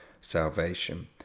salvation